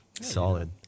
Solid